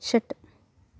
षट्